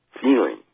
feeling